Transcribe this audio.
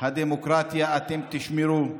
הדמוקרטיה אתם תשמרו.